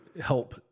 help